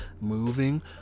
moving